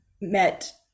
met